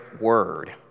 word